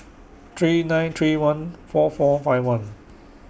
three nine three one four four five one